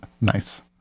Nice